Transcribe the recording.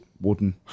wooden